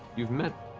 you've met.